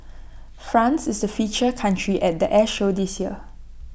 France is the feature country at the air show this year